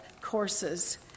courses